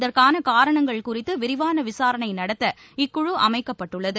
அதற்கான காரணங்கள் குறித்து விரிவான விசாரணை நடத்த இக்குழு அமைக்கப்பட்டுள்ளது